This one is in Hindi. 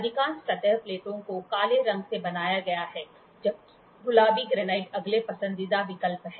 अधिकांश सतह प्लेटों को काले रंग से बनाया गया है जबकि गुलाबी ग्रेनाइट अगले पसंदीदा विकल्प है